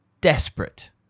desperate